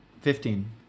Fifteen